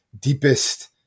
deepest